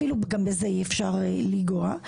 גם בזה אי אפשר לגעת.